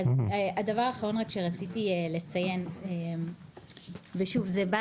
הדבר האחרון שרק רציתי לציין ושוב זה בא